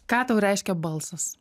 ką tau reiškia balsas